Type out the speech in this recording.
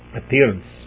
appearance